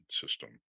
system